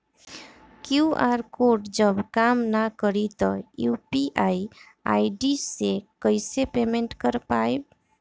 QR code जब काम ना करी त यू.पी.आई आई.डी से कइसे पेमेंट कर पाएम?